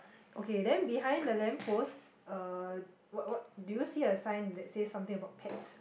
okay then behind the lamp post uh what what do you see a sign that says something about pets